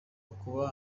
kuba